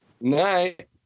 Night